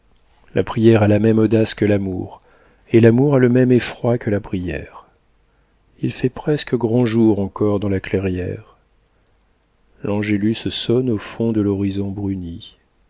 la prière a la même audace que l'amour et l'amour a le même effroi que la prière il fait presque grand jour encor dans la clairière l'angélus sonne au fond de l'horizon bruni